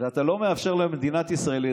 ואתה לא מאפשר למדינת ישראל,